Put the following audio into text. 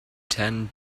ten